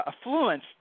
affluence